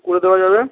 করে দেওয়া যাবে